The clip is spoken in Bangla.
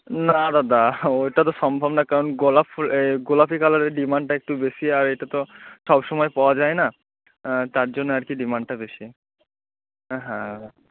না দাদা ওইটা তো সম্ভব না কারণ গোলাপ ফ গোলাপি কালারের ডিমান্ডটা একটু বেশি আর এটা তো সব সময় পাওয়া যায় না তার জন্যে আর কি ডিমান্ডটা বেশি হ্যাঁ